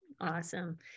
Awesome